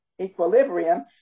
equilibrium